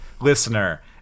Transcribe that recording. listener